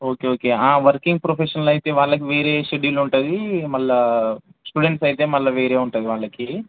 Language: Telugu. ఓకే ఓకే ఆ వర్కింగ్ ప్రోఫెషనల్ అయితే వాళ్ళకి వేరే షెడ్యూల్ ఉంటుంది మళ్ళీ స్టూడెంట్స్ అయితే మళ్ళీ వేరే ఉంటుంది వాళ్ళకి